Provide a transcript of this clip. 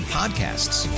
podcasts